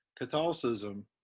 Catholicism